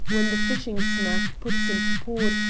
when the fishing-smack puts into port,